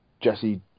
Jesse